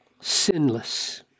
sinless